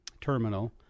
terminal